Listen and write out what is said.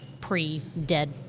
pre-dead